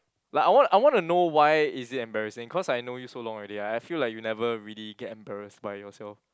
like I want I want to know why is it embarrassing cause I know you so long already I I feel you never really get embarrassed by yourself